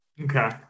Okay